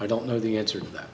i don't know the answer to that